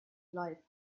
life